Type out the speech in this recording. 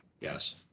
Yes